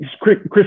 Chris